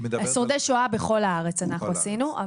שורדי שואה, בכל הארץ אנחנו עשינו.